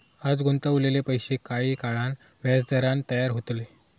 आज गुंतवलेले पैशे काही काळान व्याजदरान तयार होतले